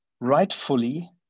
rightfully